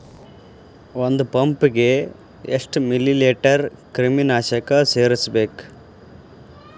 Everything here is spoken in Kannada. ಒಂದ್ ಪಂಪ್ ಗೆ ಎಷ್ಟ್ ಮಿಲಿ ಲೇಟರ್ ಕ್ರಿಮಿ ನಾಶಕ ಸೇರಸ್ಬೇಕ್?